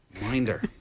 Minder